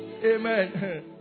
Amen